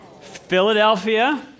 Philadelphia